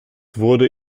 wurde